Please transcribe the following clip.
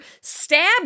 Stab